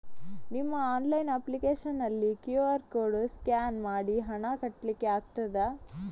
ನಿಮ್ಮ online application ನಲ್ಲಿ QR code scan ಮಾಡಿ ಹಣ ಕಟ್ಲಿಕೆ ಆಗ್ತದ?